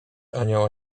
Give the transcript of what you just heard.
anioła